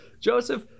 Joseph